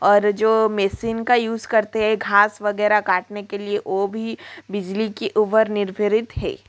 और जो मेसिन का यूज़ करते हैं घास वग़ैरह काटने के लिए वो भी बिजली के ऊपर निर्भर है